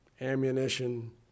ammunition